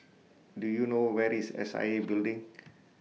Do YOU know Where IS S I A Building